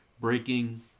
breaking